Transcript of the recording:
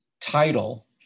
title